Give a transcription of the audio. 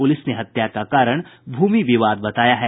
police ने हत्या का कारण भूमि विवाद बताया है